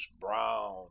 brown